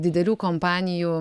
didelių kompanijų